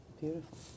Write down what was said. Beautiful